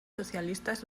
socialistas